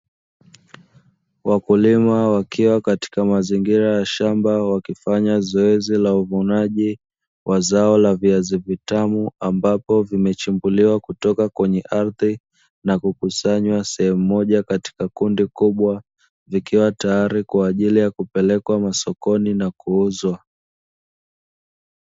Wakulima wakiwa katika mazingira ya shamba wakifanya zoezi la uvunaji wa zao la viazi vitamu, ambavyo vimechimbuliwa kutoka kwenye ardhi na kukusanywa sehemu moja katika kundi kubwa, vikiwa tayari kwa ajili ya kupelekwa sokoni na kuuzwa.